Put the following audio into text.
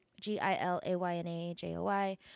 g-i-l-a-y-n-a-j-o-y